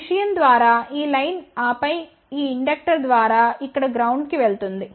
ఈ విషయం ద్వారా ఈ లైన్ ఆపై ఈ ఇండక్టర్ ద్వారా ఇక్కడ గ్రౌండ్ కి వెళుతుంది